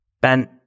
Ben